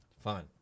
Fine